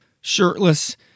shirtless